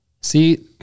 See